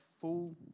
full